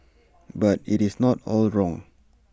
but IT is not all wrong